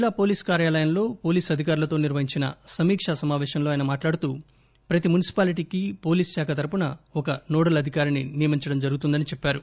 జిల్లా పోలీస్ కార్యాలయంలో పోలీస్ అధికారులతో నిర్వహించిన సమీకా సమాపేశంలో ఆయన మాట్లాడుతూ ప్రతి మున్సిపాలిటికి పోలీస్ శాఖ తరఫున ఒక నోడల్ అధికారిని నియమించడం జరుగుతుందని చెప్పారు